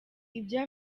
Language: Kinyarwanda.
ibyo